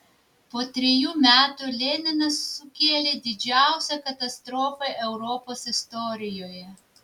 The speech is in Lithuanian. po trejų metų leninas sukėlė didžiausią katastrofą europos istorijoje